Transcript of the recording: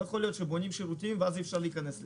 לא יכול להיות שבונים שירותים ואי אפשר להיכנס לשם.